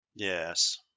Yes